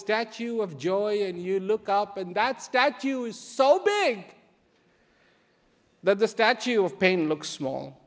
statue of joy and you look up and that statue is so big that the statue of pain looks small